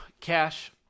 Cash